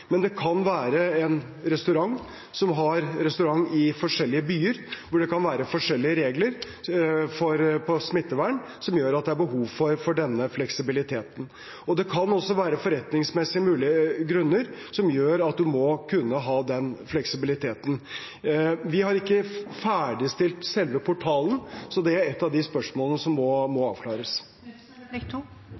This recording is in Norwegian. men det kan være en restaurant som har restaurant i forskjellige byer, hvor det kan være forskjellige regler for smittevern, som gjør at det er behov for denne fleksibiliteten. Det kan også være forretningsmessige grunner som gjør at man må kunne ha den fleksibiliteten. Vi har ikke ferdigstilt selve portalen, så dette er ett av de spørsmålene som må avklares.